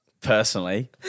Personally